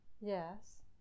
Yes